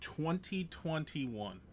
2021